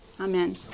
amen